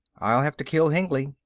i'll have to kill hengly.